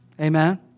Amen